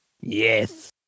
Yes